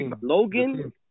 Logan